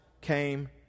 came